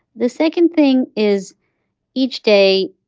the second thing is each day,